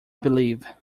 believe